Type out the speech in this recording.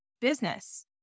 business